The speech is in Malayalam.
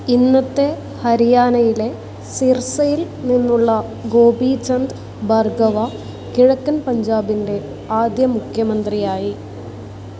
ഇന്നത്തെ ഹരിയാനയിലെ സിർസയിൽ നിന്നുള്ള ഗോപി ചന്ദ് ഭാർഗവ കിഴക്കൻ പഞ്ചാബിൻ്റെ ആദ്യ മുഖ്യമന്ത്രിയായി